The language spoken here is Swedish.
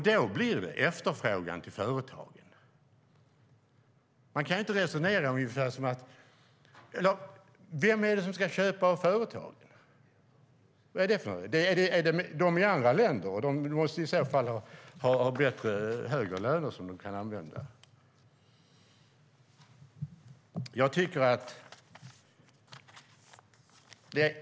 Då är efterfrågan viktig för företagen. Vem är det som ska köpa av företagen? Är det folk i andra länder? Då måste de ha högre löner så att de kan handla.